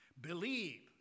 believe